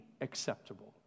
acceptable